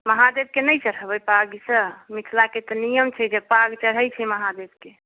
महादेवकेँ नहि चढ़बै पाग ई सब मिथिलाके तऽ नियम छै पाग चढ़ैत छै महादेवकेँ